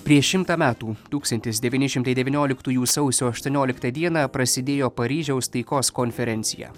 prieš šimtą metų tūkstantis devyni šimtai devynioliktųjų sausio aštuonioliktą dieną prasidėjo paryžiaus taikos konferencija